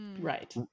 right